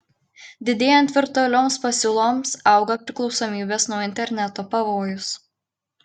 didėjant virtualioms pasiūloms auga priklausomybės nuo interneto pavojus